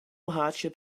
hardship